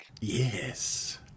Yes